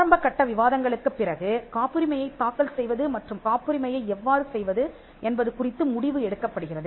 ஆரம்பகட்ட விவாதங்களுக்குப் பிறகு காப்புரிமையைத் தாக்கல் செய்வது மற்றும் காப்புரிமையை எவ்வாறு செய்வது என்பது குறித்து முடிவு எடுக்கப்படுகிறது